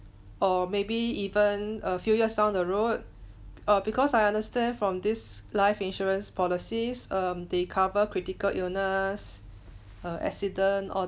or maybe even a few years down the road or because I understand from this life insurance policies um they cover critical illness err accidents all